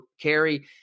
carry